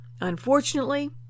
unfortunately